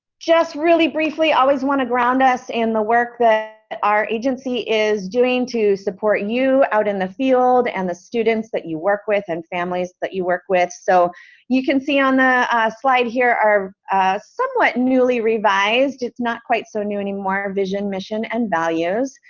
just really briefly, we always want to ground us and the work that our agency is doing to support you out in the field and the students that you work with and families that you work with, so you can see on the slide, here are some what newly revised, it's not quite so new anymore, vision mission and values,